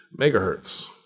megahertz